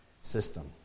system